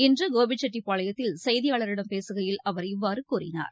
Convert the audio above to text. இன்றுகோபிச்செட்டிப்பாளையத்தில் செய்தியாளர்களிடம் பேசுகையில் அவர் இவ்வாறுகூறினார்